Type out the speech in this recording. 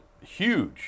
huge